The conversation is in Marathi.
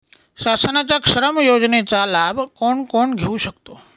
शासनाच्या श्रम कार्ड योजनेचा लाभ कोण कोण घेऊ शकतो?